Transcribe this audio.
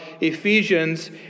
Ephesians